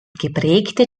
geprägte